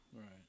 Right